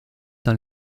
dans